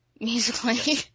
musically